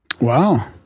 Wow